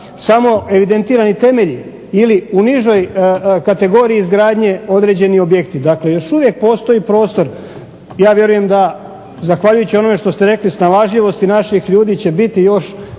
samo evidentirani temelji ili u nižoj kategoriji izgradnje određeni objekti. Dakle, još uvijek postoji prostor. Ja vjerujem da zahvaljujući onome što ste rekli snalažljivosti naših ljudi će biti još